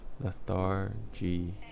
lethargy